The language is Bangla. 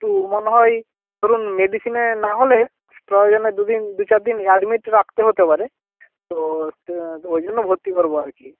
একটু মনে হয় ধরুন মেডিসিনে না হলে প্রয়োজনে দু দিন দু চারদিন অ্যাডমিট রাখতে হতে পারে তো সে ওই জন্য ভর্তি করবো আর কি